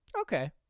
Okay